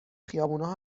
خیابونها